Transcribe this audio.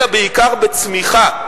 אלא בעיקר בצמיחה.